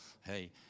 hey